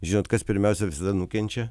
žinot kas pirmiausia visada nukenčia